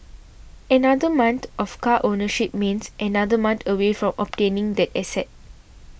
another month of car ownership means another month away from obtaining that asset